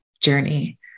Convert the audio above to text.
journey